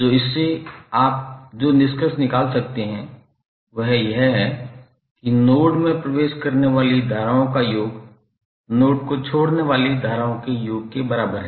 तो इससे आप जो निष्कर्ष निकाल सकते हैं वह यह है कि नोड में प्रवेश करने वाली धाराओं का योग नोड को छोड़ने वाली धाराओं के योग के बराबर है